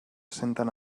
senten